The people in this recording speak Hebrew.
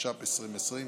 התש"ף 2020,